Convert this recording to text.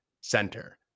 Center